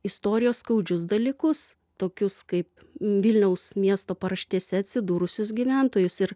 istorijos skaudžius dalykus tokius kaip vilniaus miesto paraštėse atsidūrusius gyventojus ir